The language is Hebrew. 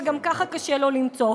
וגם ככה קשה לו למצוא,